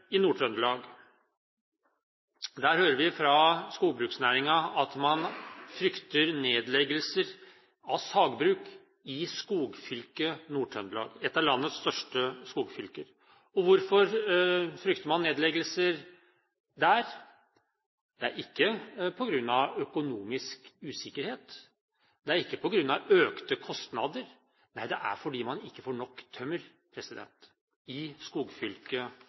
f.eks. Nord-Trøndelag. Der hører vi fra skogbruksnæringen at man frykter nedleggelser av sagbruk i skogfylket Nord-Trøndelag, et av landets største skogfylker. Hvorfor frykter man nedleggelser der? Det er ikke på grunn av økonomisk usikkerhet. Det er ikke på grunn av økte kostnader. Nei, det er fordi man ikke får nok tømmer – i skogfylket